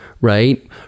right